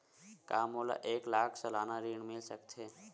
का मोला एक लाख सालाना ऋण मिल सकथे?